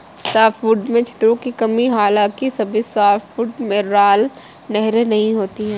softwood में छिद्रों की कमी हालांकि सभी सॉफ्टवुड में राल नहरें नहीं होती है